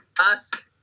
Ask